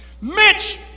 Mitch